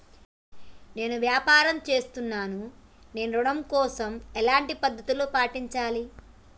నేను వ్యాపారం చేస్తున్నాను నేను ఋణం కోసం ఎలాంటి పద్దతులు పాటించాలి?